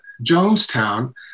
Jonestown